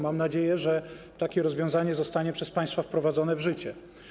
Mam nadzieję, że takie rozwiązanie zostanie przez państwa wprowadzone w życie.